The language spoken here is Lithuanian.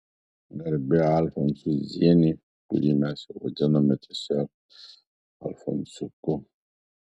garbė alfonsui zieniui kurį mes jau vadinome tiesiog alfonsiuku